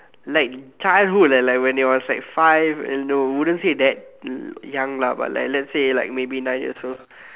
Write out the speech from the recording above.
like childhood leh when you was like five and you know wouldn't say that young lah maybe like nine years old